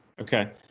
Okay